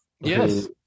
Yes